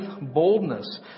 boldness